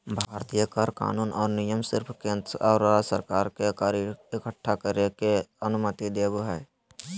भारतीय कर कानून और नियम सिर्फ केंद्र और राज्य सरकार के कर इक्कठा करे के अनुमति देवो हय